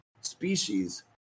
species